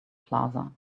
plaza